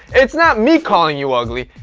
it's not me calling you ugly,